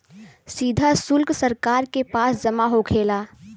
सीधा सुल्क सरकार के पास जमा होखेला